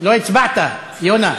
לא הצבעת, יונה.